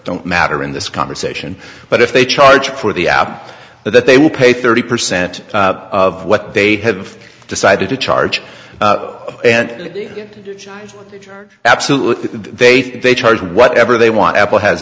don't matter in this conversation but if they charge for the app that they will pay thirty percent of what they have decided to charge and absolutely they think they charge whatever they want apple has